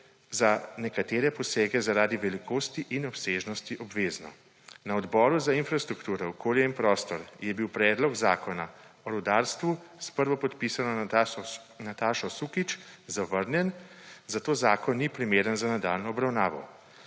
za nekatere posege zaradi velikosti in obsežnosti obvezno. Na Odboru za infrastrukturo, okolje in prostor je bil predlog zakona o rudarstvu s prvopodpisano Natašo Sukič zavrnjen, zato zakon ni primeren za nadaljnjo obravnavo.